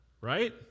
right